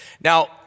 Now